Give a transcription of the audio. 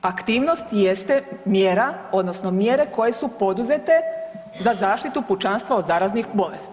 Aktivnost jeste mjera odnosno mjere koje su poduzete za zaštitu pučanstva od zaraznih bolesti.